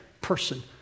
person